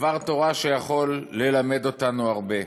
דבר תורה שיכול ללמד אותנו הרבה: